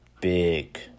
big